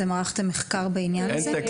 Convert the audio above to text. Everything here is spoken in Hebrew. אתם ערכתם מחקר בעניין הזה?